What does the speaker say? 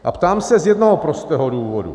A ptám se z jednoho prostého důvodu.